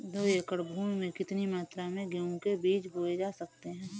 दो एकड़ भूमि में कितनी मात्रा में गेहूँ के बीज बोये जा सकते हैं?